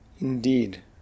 Indeed